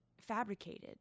fabricated